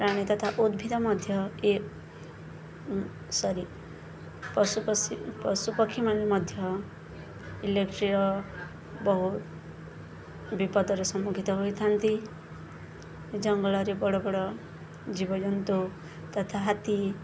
ପ୍ରାଣୀ ତଥା ଉଦ୍ଭିଦ ମଧ୍ୟ ଏ ସରି ପଶୁ ପଶି ପଶୁ ପକ୍ଷୀମାନେ ମଧ୍ୟ ଇଲେକ୍ଟ୍ରିର ବହୁତ ବିପଦରେ ସମ୍ମୁଖିନ ହୋଇଥାନ୍ତି ଜଙ୍ଗଲରେ ବଡ଼ ବଡ଼ ଜୀବଜନ୍ତୁ ତଥା ହାତୀ